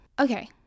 Okay